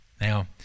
Now